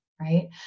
right